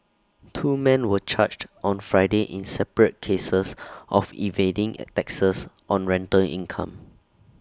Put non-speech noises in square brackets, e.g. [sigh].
two men were charged on Friday in separate cases of evading [unintelligible] taxes on rental income